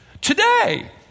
Today